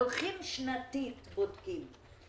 הולכים שנתית ובודקים.